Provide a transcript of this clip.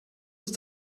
muss